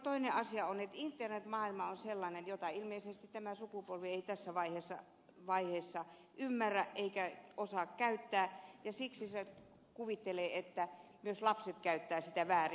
toinen asia on että internetmaailma on sellainen jota ilmeisesti tämä sukupolvi ei tässä vaiheessa ymmärrä eikä osaa käyttää ja siksi se kuvittelee että myös lapset käyttävät sitä väärin